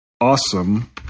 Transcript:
awesome